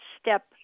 step